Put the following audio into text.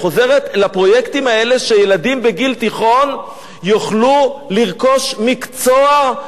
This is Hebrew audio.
חוזרת לפרויקטים האלה שילדים בגיל תיכון יוכלו לרכוש מקצוע.